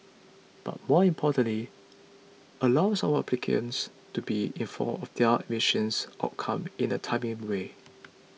but more importantly allows our applicants to be informed of their admission outcome in a timely way